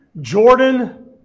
Jordan